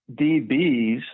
DBs